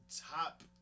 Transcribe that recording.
top